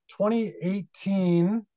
2018